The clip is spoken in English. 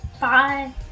bye